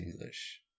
English